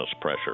pressure